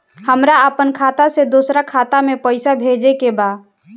हमरा आपन खाता से दोसरा खाता में पइसा भेजे के बा